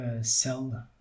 sell